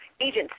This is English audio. agency